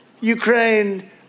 Ukraine